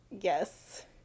Yes